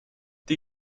die